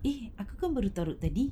eh aku kan baru taruk tadi